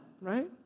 right